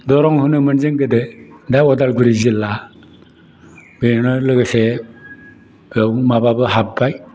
दरं होनोमोन जों गोदो दा उदालगुरि जिल्ला ओरैनो लोगोसे बेव माबाबो हाबबाय